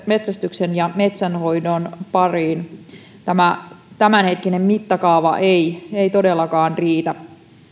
metsästyksen ja metsänhoidon pariin tämä tämänhetkinen mittakaava ei ei todellakaan riitä